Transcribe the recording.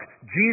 Jesus